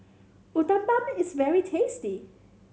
uthapam is very tasty